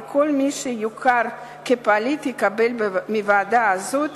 וכל מי שיוכר כפליט יקבל מוועדה זאת